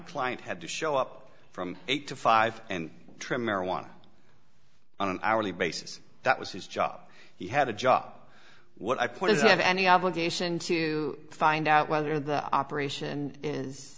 client had to show up from eight to five and trim marijuana on an hourly basis that was his job he had a job what i point is you have any obligation to find out whether the operation is